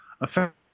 affect